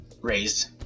raised